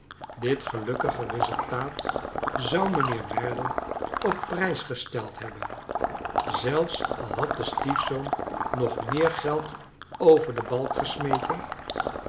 dit gelukkige resultaat zoij mijnheer merdle op prijs gesteldhebben zelfs al had de stiefzoon nog meer geld over den balk gcsmeten